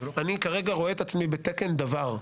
אני כרגע רואה את עצמי בתקן דוור,